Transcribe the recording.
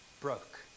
broke